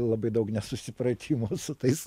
labai daug nesusipratimų su tais